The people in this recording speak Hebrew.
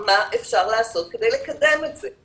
מה אפשר לעשות כדי לקדם את זה.